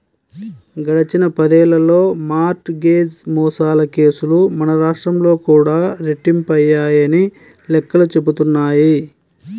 గడిచిన పదేళ్ళలో mortgage మోసాల కేసులు మన రాష్ట్రంలో కూడా రెట్టింపయ్యాయని లెక్కలు చెబుతున్నాయి